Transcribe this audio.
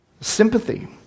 Sympathy